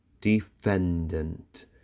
defendant